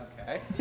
Okay